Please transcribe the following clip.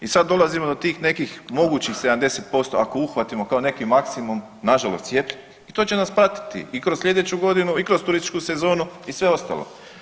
I sad dolazimo do tih nekih mogućih 70% ako uhvatimo kao neki maksimum nažalost cijepljenih i to će nas pratiti i kroz sljedeću godinu i kroz turističku sezonu i se ostalo.